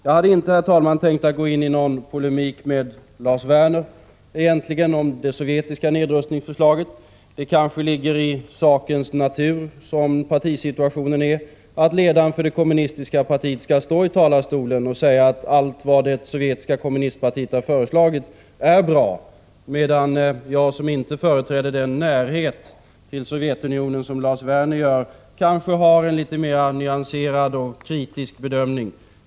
Jag hade egentligen inte, herr talman, tänkt gå in i någon polemik med Lars Werner om det sovjetiska nedrustningsförslaget. Det kanske ligger i sakens natur, som partisituationen är, att ledaren för det kommunistiska partiet skall stå i talarstolen och säga att allt vad det sovjetiska kommunistpartiet har föreslagit är bra, medan jag, som inte företräder den närhet till Sovjetunionen som Lars Werner gör, kanske har en litet mer nyanserad och kritisk bedömning.